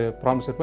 promise